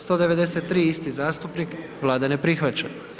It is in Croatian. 193., isti zastupnik Vlada ne prihvaća.